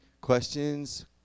questions